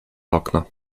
okno